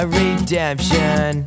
redemption